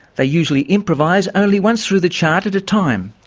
they usually improvise only once through the chart at a time.